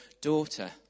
daughter